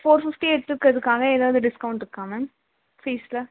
four fifty எடுத்திருக்குறதுக்காக எதாவது discount இருக்கா மேம் ஃபீஸில்